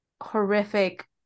horrific